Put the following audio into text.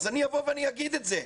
אז אני אגיד את זה,